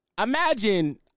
imagine